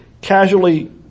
casually